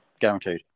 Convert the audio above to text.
guaranteed